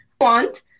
want